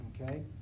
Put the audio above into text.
Okay